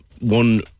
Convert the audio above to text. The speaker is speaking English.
one